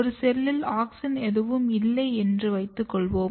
ஒரு செல்லில் ஆக்ஸின் எதுவும் இல்லை என்று வைத்துக் கொள்வோம்